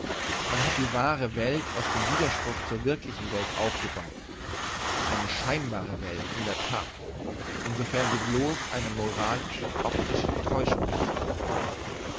man hat die wahre welt aus dem widerspruch zur wirklichen welt aufgebaut eine scheinbare welt in der that insofern sie bloss eine moralisch optische täuschung ist